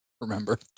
remember